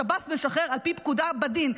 שב"ס משחרר על פי פקודה בדין.